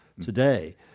today